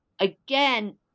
again